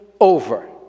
over